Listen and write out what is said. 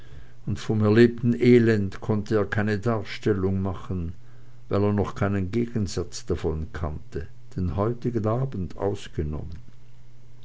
und vom erlebten elend konnte er keine darstellung machen weil er noch keinen gegensatz davon kannte den heutigen abend ausgenommen